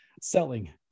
selling